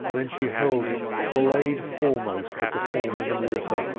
then she hurled it blade foremost at the form in the water,